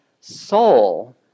soul